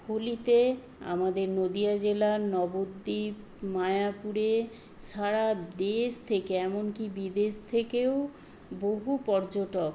হোলিতে আমাদের নদিয়া জেলার নবদ্বীপ মায়াপুরে সারা দেশ থেকে এমনকি বিদেশ থেকেও বহু পর্যটক